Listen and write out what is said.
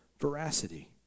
veracity